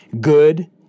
good